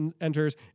enters